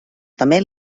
també